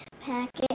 packet